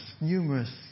numerous